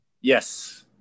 Yes